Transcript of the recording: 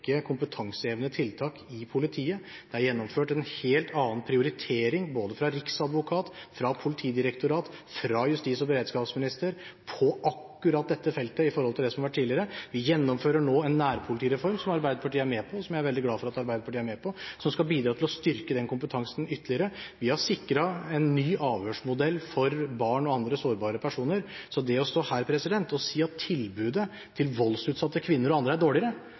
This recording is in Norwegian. kompetansehevende tiltak i politiet, det er gjennomført en helt annen prioritering – både fra Riksadvokaten, fra Politidirektoratet, fra justis- og beredskapsministeren – på akkurat dette feltet i forhold til det som har vært tidligere. Vi gjennomfører nå en nærpolitireform som Arbeiderpartiet er med på, og som jeg er veldig glad for at Arbeiderpartiet er med på, som skal bidra til å styrke den kompetansen ytterligere. Vi har sikret en ny avhørsmodell for barn og andre sårbare personer. Så det å stå her og si at tilbudet til voldsutsatte kvinner og andre er dårligere,